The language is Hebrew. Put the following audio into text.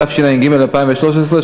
התשע"ג 2013,